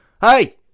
Hey